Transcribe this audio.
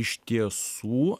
iš tiesų